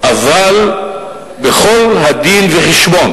אבל בכל הדין-וחשבון